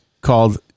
called